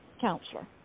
counselor